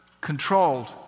controlled